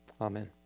Amen